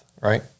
right